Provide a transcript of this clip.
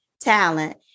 talent